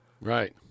Right